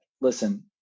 Listen